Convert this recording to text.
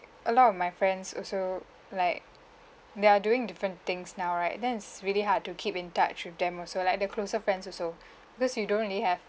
a lot of my friends also like they're doing different things now right then it's really hard to keep in touch with them also like the closer friends also because you don't really have